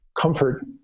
comfort